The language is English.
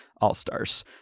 All-Stars